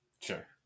sure